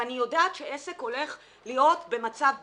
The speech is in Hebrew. ואני יודעת שעסק הולך להיות במצב בעייתי,